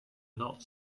not